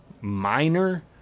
minor